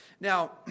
Now